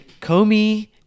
Comey